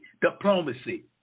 Diplomacy